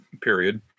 period